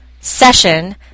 session